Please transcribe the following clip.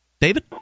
David